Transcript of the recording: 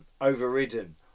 overridden